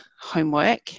homework